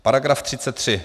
Paragraf 33.